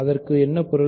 அதற்கு என்ன பொருள்